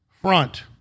front